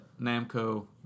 Namco